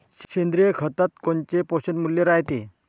सेंद्रिय खतात कोनचे पोषनमूल्य रायते?